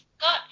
got –